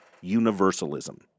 universalism